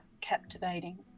captivating